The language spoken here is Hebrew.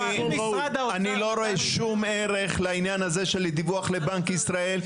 אני לא רואה שום ערך לעניין הזה של דיווח לבנק ישראל.